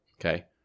Okay